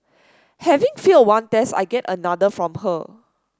having failed one test I get another from her